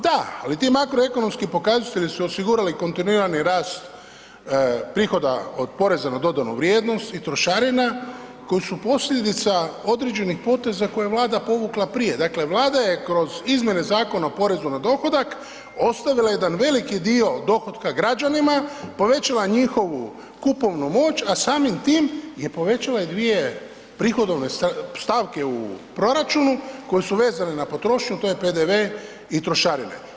Da, ali ti makroekonomski pokazatelji su osigurali kontinuirani rast prihoda od poreza na dodanu vrijednost i trošarina koji su posljedica određenih poteza koje je Vlada povukla prije, dakle Vlada je kroz izmjene Zakona o porezu na dohodak ostavila jedan veliki dio dohotka građanima, povećala njihovu kupovnu moć, a samim tim je povećala dvije prihodovne stavke u proračunu koji su vezani na potrošnju, to je PDV i trošarine.